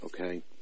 okay